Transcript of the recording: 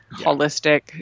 holistic